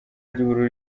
ry’ubururu